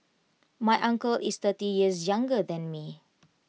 my uncle is thirty years younger than me